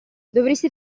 dovresti